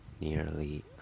nearly